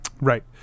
Right